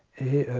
a